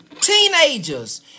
teenagers